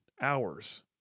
hours